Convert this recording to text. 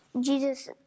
Jesus